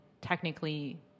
technically